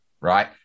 right